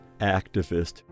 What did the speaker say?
activist